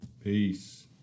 Peace